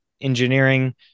engineering